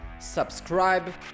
subscribe